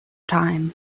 time